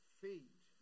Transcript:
feet